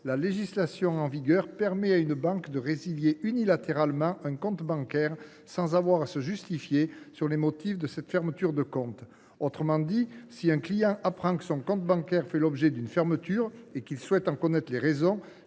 la législation en vigueur permet à une banque de résilier unilatéralement un compte bancaire sans avoir à se justifier sur les motifs de cette fermeture de compte. Autrement dit, si un client apprend que son compte bancaire fait l’objet d’une fermeture et qu’il souhaite en connaître les raisons,